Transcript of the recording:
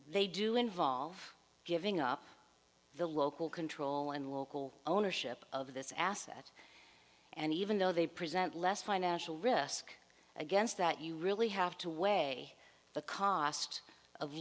they do involve giving up the local control and local ownership of this asset and even though they present less financial risk against that you really have to weigh the cost of